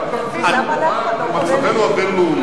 אתה באופוזיציה, למה אתה לא פונה?